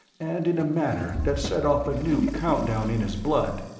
and in a manner that set off a new count down in his blood,